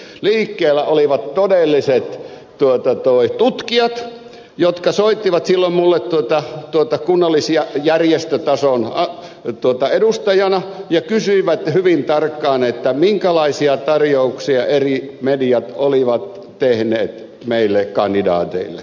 liikkeellä olivat todelliset tutkijat jotka soittivat silloin minulle kunnallisia järjestötason edustajia ja kysyivät hyvin tarkkaan minkälaisia tarjouksia eri mediat olivat tehneet meille kandidaateille